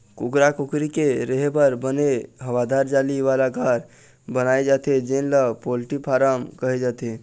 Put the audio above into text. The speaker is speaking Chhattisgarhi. कुकरा कुकरी के रेहे बर बने हवादार जाली वाला घर बनाए जाथे जेन ल पोल्टी फारम कहे जाथे